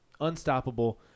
unstoppable